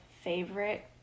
favorite